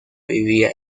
vivía